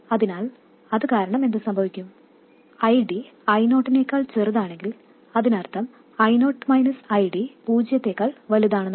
അതിനാൽ അത് കാരണം എന്തു സംഭവിക്കുന്നു ID I0 നേക്കാൾ ചെറുതാണെങ്കിൽ അതിനർഥം I0 ID പൂജ്യത്തേക്കാൾ വലുതാണെന്നാണ്